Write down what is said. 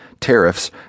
tariffs